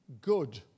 good